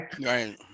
Right